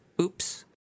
oops